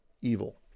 evil